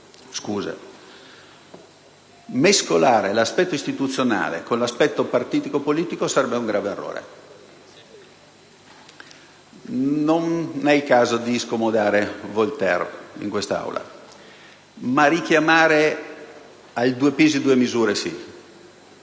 scuse. Mescolare l'aspetto istituzionale con quello partitico-politico sarebbe un grave errore. Non è il caso di scomodare Voltaire in quest'Aula, ma richiamare il principio dei due